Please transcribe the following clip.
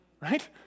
Right